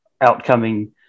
outcoming